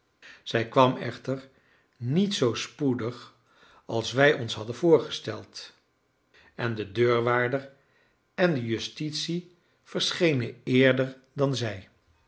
zij kwam echter niet zoo spoedig als wij ons hadden voorgesteld en de deurwaarder en de justitie verschenen eerder dan zij